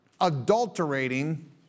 adulterating